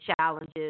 challenges